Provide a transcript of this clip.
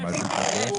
או משהו כזה,